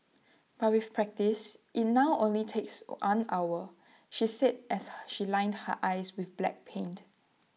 but with practice IT now only takes one hour she said as she lined her eyes with black paint